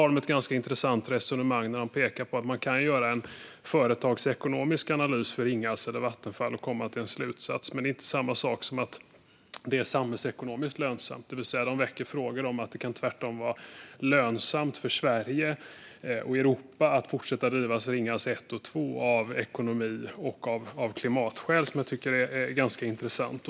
Man har ett ganska intressant resonemang där man pekar på att man kan göra en företagsekonomisk analys gällande Ringhals eller Vattenfall och komma till en slutsats men att det inte är samma sak som att det är samhällsekonomiskt lönsamt. Man väcker alltså frågan att det tvärtom kan vara lönsamt för Sverige och Europa att fortsätta att driva Ringhals 1 och 2, av ekonomiska skäl och av klimatskäl. Jag tycker att det är ganska intressant.